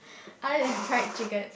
other than fried chicken